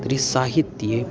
तर्हि साहित्ये